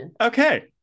Okay